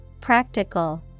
Practical